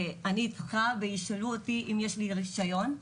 ואני איתך וישאלו אותי אם יש לי רישיון,